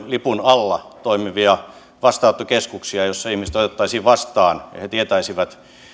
lipun alla toimivia vastaanottokeskuksia joissa ihmiset otettaisiin vastaan ja joista he tietäisivät